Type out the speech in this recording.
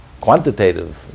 quantitative